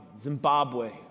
Zimbabwe